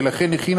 ולכן הכינה,